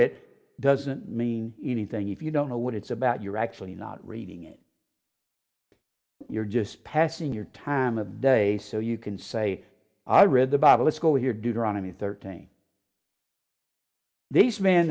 it doesn't mean anything if you don't know what it's about you're actually not reading it you're just passing your time of day so you can say i read the bible at school here deuteronomy thirteen this man